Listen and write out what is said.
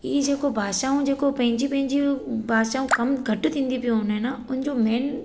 हीअ जेको भाषाऊं जेको पंहिंजी पंहिंजूं भाषाऊं कम घटि थींदी पियो वञे न हुनजो मेन